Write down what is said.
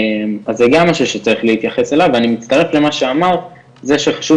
אז זה גם משהו שצריך להתייחס אליו ואני מצטרף למה שאמרת זה שחשוב